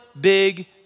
big